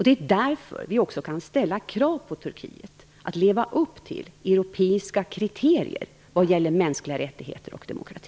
Det är därför som vi kan ställa krav på Turkiet att leva upp till europeiska kriterier vad gäller mänskliga rättigheter och demokrati.